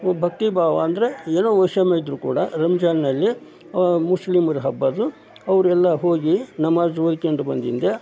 ಭಕ್ತಿ ಭಾವ ಅಂದರೆ ಏನು ವೈಶಮ್ಯ ಇದ್ದರೂ ಕೂಡ ರಂಜಾನ್ನಲ್ಲಿ ಮುಸ್ಲಿಮರ ಹಬ್ಬ ಅದು ಅವರೆಲ್ಲ ಹೋಗಿ ನಮಾಜ್ ಓದ್ಕೊಂಡು ಬಂದಿಂದ